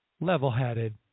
level-headed